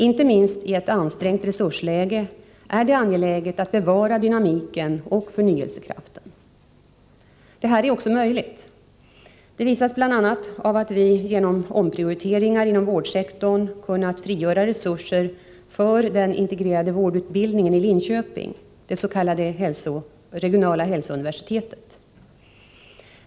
Inte minst i ett ansträngt resursläge är det angeläget att bevara dynamiken och förnyelsekraften. Detta är också möjligt. Det visas bl.a. av att vi genom omprioriteringar inom vårdsektorn kunnat frigöra resurser för den integrerade vårdutbildningen i Linköping, det s.k. regionala hälsouniversitetet.